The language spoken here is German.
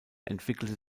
entwickelte